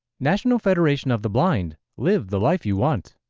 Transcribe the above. national federation of the blind, live the life you want.